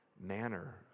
manner